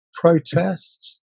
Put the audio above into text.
protests